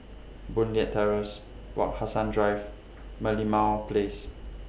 Boon Leat Terrace Wak Hassan Drive Merlimau Place